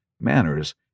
manners